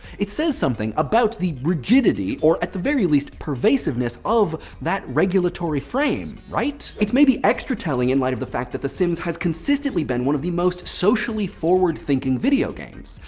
it says something about the rigidity, or at the very least, pervasiveness of that regulatory frame. right? it's maybe extra telling in light of the fact that the sims has consistently been one of the most socially forward thinking video games.